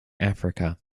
africa